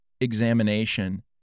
examination